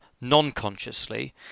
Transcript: non-consciously